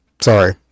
Sorry